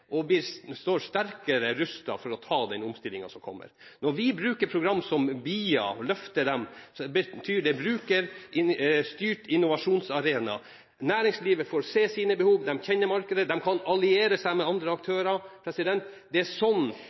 og vi står sterkere rustet til å ta den omstillingen som kommer. Vi bruker program som BIA – Brukerstyrt innovasjonsarena – og løfter dem. Næringslivet får se sine behov, de kjenner markedet, de kan alliere seg med andre aktører. Det er sånn